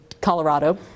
Colorado